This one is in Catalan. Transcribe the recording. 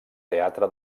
teatre